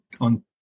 on